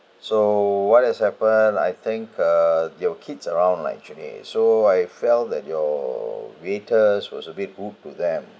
so what has happened I think uh there were kids around lah actually so I fell that your waiters was a bit rude to them